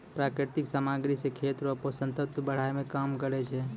प्राकृतिक समाग्री से खेत रो पोसक तत्व बड़ाय मे काम करै छै